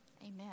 Amen